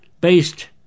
based